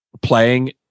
playing